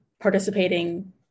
participating